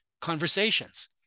conversations